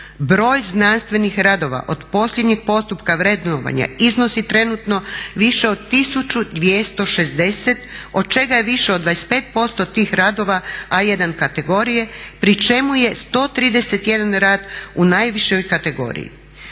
broj znanstvenih radova od posljednjeg postupka vrednovanja iznosi trenutno više od 1260 od čega je više od 25% tih radova A1 kategorije pri čemu je 131 rad u najvišoj kategoriji.